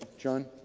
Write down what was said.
john.